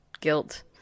guilt